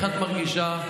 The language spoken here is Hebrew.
וואו.